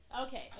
Okay